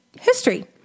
history